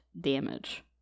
damage